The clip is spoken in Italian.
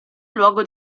luogo